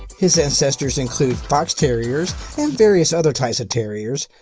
his ancestors include fox terriers and various other types of terriers,